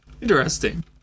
Interesting